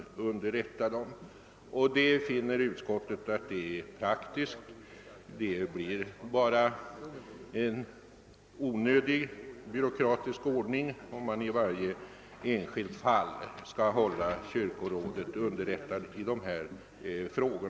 Det blir bara en onödigt byråkratisk ordning om man i varje enskilt fall skall hålla kyrkorådet underrättat.